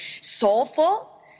soulful